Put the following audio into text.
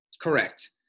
Correct